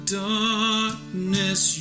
darkness